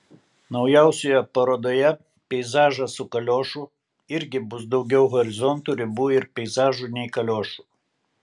naujausioje parodoje peizažas su kaliošu irgi bus daugiau horizontų ribų ir peizažų nei kaliošų